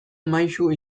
maisu